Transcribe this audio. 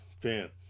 Fan